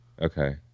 Okay